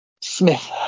Smith